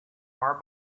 far